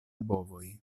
bovoj